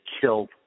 killed